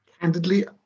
Candidly